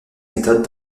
méthodes